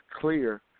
clear